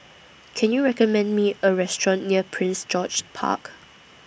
Can YOU recommend Me A Restaurant near Prince George's Park